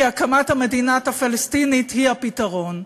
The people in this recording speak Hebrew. כי הקמת המדינה הפלסטינית היא הפתרון.